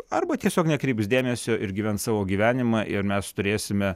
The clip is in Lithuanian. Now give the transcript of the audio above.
arba tiesiog nekreips dėmesio ir gyvens savo gyvenimą ir mes turėsime